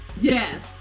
Yes